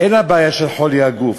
אין לה בעיה של חולי הגוף,